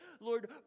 Lord